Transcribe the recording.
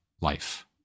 life